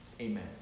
Amen